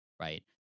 right